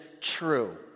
true